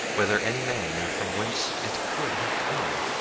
whether any man knew from whence it could have come?